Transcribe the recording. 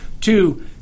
Two